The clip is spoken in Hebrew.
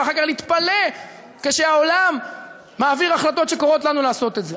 ואחר כך להתפלא כשהעולם מעביר החלטות שקוראות לנו לעשות את זה.